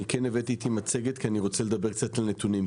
אני כן הבאתי איתי מצגת כי אני רוצה לדבר קצת על נתונים.